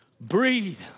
Breathe